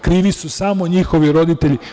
Krivi su samo njihovi roditelji.